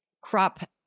crop